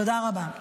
תודה רבה.